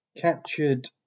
Captured